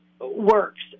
works